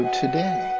today